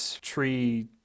tree